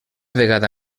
vegada